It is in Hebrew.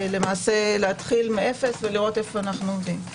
להתחיל מאפס ולראות היכן אנו עומדים.